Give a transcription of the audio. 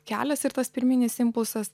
kelias ir tas pirminis impulsas